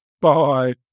Bye